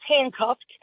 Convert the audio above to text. handcuffed